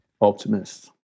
Optimist